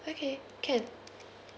okay can